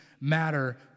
matter